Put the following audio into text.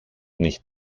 nicht